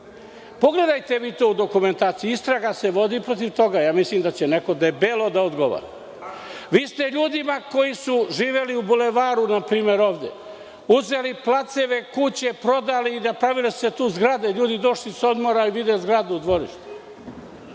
Pogledajte vi to u dokumentaciji. Istraga se vodi protiv toga. Mislim da će neko debelo da odgovara. Vi ste ljudima koji su živeli, na primer, u Bulevaru ovde, uzeli placeve, kuće, prodali i napravili ste tu zgrade. Ljudi došli s odmora i vide zgradu u dvorištu.